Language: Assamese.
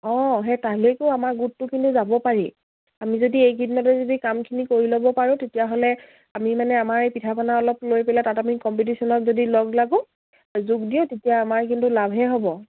অঁ সেই তালৈকো আমাৰ গোটটো কিন্তু যাব পাৰি আমি যদি এইকেইদিনতে যদি কামখিনি কৰি ল'ব পাৰোঁ তেতিয়াহ'লে আমি মানে আমাৰ এই পিঠা পনা অলপ লৈ পেলাই তাত আমি কম্পিটিশ্যনত যদি লগ লাগো যোগ দিওঁ তেতিয়া আমাৰ কিন্তু লাভহে হ'ব